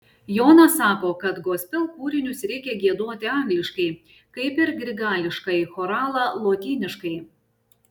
jonas sako kad gospel kūrinius reikia giedoti angliškai kaip ir grigališkąjį choralą lotyniškai